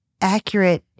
accurate